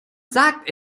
sagt